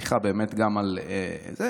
סליחה גם על זה.